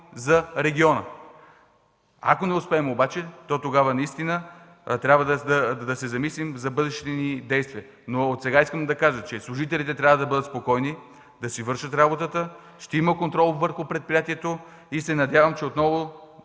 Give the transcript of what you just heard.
за региона. Ако обаче не успеем, тогава трябва да се замислим за бъдещите ни действия. От сега искам да кажа, че служителите трябва да бъдат спокойни, да си вършат работата. Ще има контрол върху предприятието. Надявам се, че отново